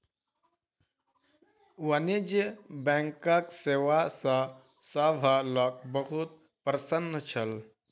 वाणिज्य बैंकक सेवा सॅ सभ लोक बहुत प्रसन्न छल